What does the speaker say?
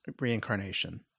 reincarnation